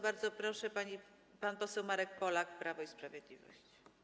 Bardzo proszę, pan poseł Marek Polak, Prawo i Sprawiedliwość.